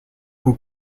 who